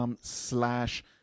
slash